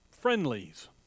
friendlies